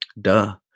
duh